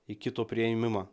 į kito priėmimą